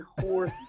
horse